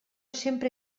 sempre